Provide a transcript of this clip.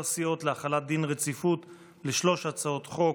סיעות להחלת דין רציפות על שלוש הצעות חוק: